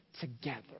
together